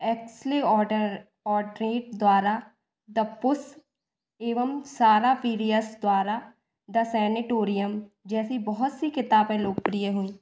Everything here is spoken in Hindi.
एक्सुली ऑर्डर पोर्ट्रेट द्वारा द पुस एवं सारा पीरियड्स द्वारा द सेनिटोरियम जैसी बहुत सी किताबें लोकप्रिय हुईं